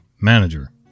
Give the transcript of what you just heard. Manager